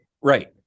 right